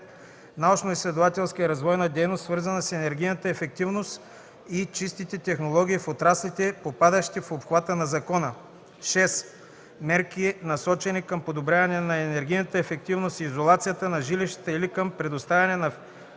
научноизследователска и развойна дейност, свързана с енергийната ефективност и чистите технологии в отраслите, попадащи в обхвата на закона; 6. мерки, насочени към подобряване на енергийната ефективност и изолацията на жилищата или към предоставяне на